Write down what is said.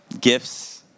gifts